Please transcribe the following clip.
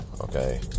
okay